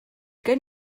gen